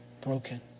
broken